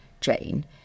Jane